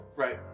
Right